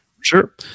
Sure